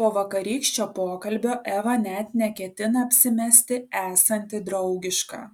po vakarykščio pokalbio eva net neketina apsimesti esanti draugiška